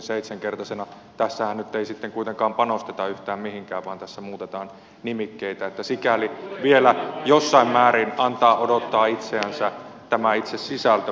tässähän nyt ei sitten kuitenkaan panosteta yhtään mihinkään vaan tässä muutetaan nimikkeitä niin että sikäli vielä jossain määrin antaa odottaa itseänsä tämä itse sisältö